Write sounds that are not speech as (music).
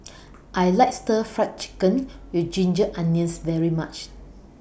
(noise) I like Stir Fried Chicken with Ginger Onions very much